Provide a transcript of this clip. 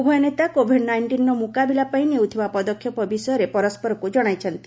ଉଭୟ ନେତା କୋଭିଡ ନାଇଷ୍ଟିନ୍ର ମୁକାବିଲା ପାଇଁ ନେଉଥିବା ପଦକ୍ଷେପ ବିଷୟରେ ପରସ୍କରକୁ ଜଣାଇଛନ୍ତି